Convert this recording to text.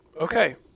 Okay